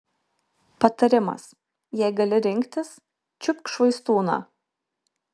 patarimas jei gali rinktis čiupk švaistūną